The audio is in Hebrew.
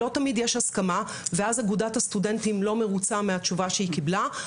לא תמיד יש הסכמה ואז אגודת הסטודנטים לא מרוצה מהתשובה שהיא קיבלה,